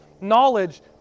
knowledge